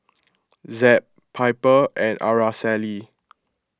Zeb Piper and Araceli